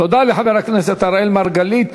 תודה לחבר הכנסת אראל מרגלית.